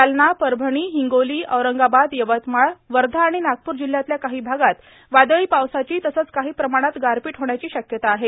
जालना परभणी हिंगोली औरंगाबाद यवतमाळ वर्धा आणि नागप्र जिल्ह्यातल्या काही भागात वादळी पावसाची तसंच काही प्रमाणात गारपीट होण्याची शक्यता आहे